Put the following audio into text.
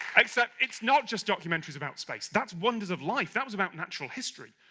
except it's not just documentaries about space, that's wonders of life! that was about natural history.